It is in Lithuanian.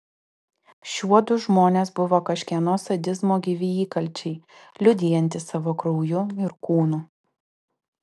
šiuodu žmonės buvo kažkieno sadizmo gyvi įkalčiai liudijantys savo krauju ir kūnu